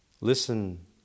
Listen